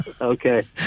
Okay